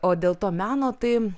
o dėl to meno tai